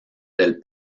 del